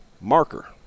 marker